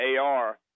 AR